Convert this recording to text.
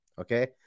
Okay